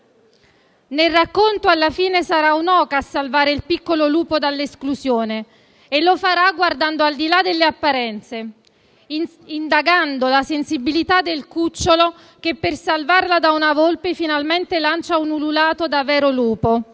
Nel racconto alla fine sarà un'oca a salvare il piccolo lupo dall'esclusione; lo fa guardando al di là delle apparenze, indagando la sensibilità del cucciolo, che per salvarla da una volpe, finalmente lancia un ululato da vero lupo.